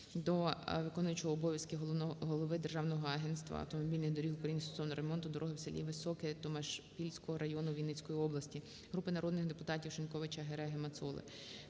до виконуючого обов'язки голови Державного агентства автомобільних доріг України стосовно ремонту дороги в селі Високе Томашпільського району Вінницької області. Групи народних депутатів (Шиньковича, Гереги, Мацоли)